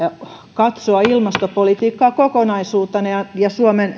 katsoa ilmastopolitiikkaa ja ja suomen